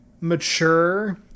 mature